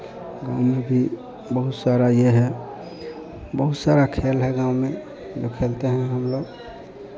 गाँव में भी बहुत सारा ये है बहुत सारा खेल है गाँव में जो खेलते हैं हम लोग